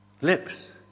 Lips